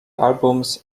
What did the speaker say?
albums